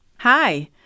Hi